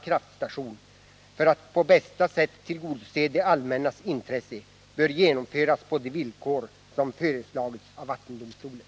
Yrkandet lyder: intresse, bör genomföras på de villkor som föreslagits av vattendomstolen.